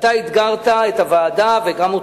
אתה אתגרת את הוועדה, וגם אותי,